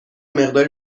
مقداری